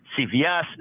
CVS